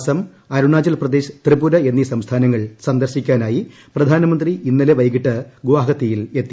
അസം അരുണാചൽപ്രദേശ് ത്രിപുര എന്നീ സംസ്ഥാനങ്ങൾ സന്ദർശിക്കാനായി പ്രധാനമന്ത്രി ഇന്നലെ വൈകിട്ട് ഗുവാഹത്തിയിൽ എത്തി